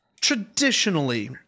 traditionally